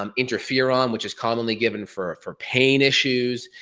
um interferon which is commonly given for for pain issues,